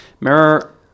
Mirror